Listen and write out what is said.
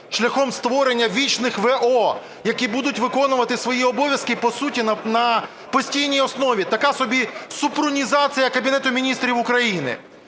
шляхом створення вічних в.о., які будуть виконувати свої обов'язки і, по суті, на постійній основі. Така собі "супрунізація" Кабінету Міністрів України.